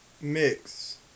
Mix